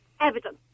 evidence